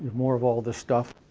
more of all this stuff.